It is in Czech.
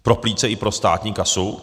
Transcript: Pro plíce i pro státní kasu?